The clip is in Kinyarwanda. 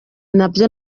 nabyo